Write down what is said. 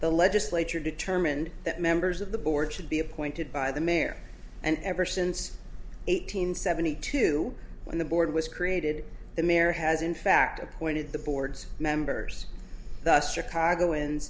the legislature determined that members of the board should be appointed by the mayor and ever since eight hundred seventy two when the board was created the mayor has in fact appointed the board's members thus chicagoan